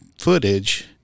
footage